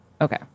okay